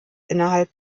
innerhalb